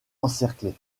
encerclée